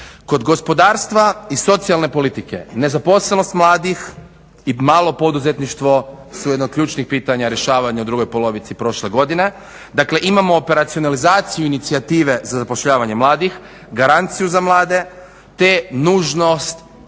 Kod gospodarstva i socijalne politike nezaposlenost mladih i malo poduzetništvo su jedan od ključnih pitanja rješavanja u drugoj polovici prošle godine. Dakle, imamo operacionalizaciju inicijative za zapošljavanje mladih, garanciju za mlade te nužnost koja